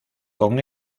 con